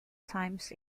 times